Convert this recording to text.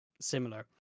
similar